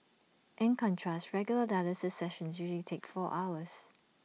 in contrast regular dialysis sessions usually take four hours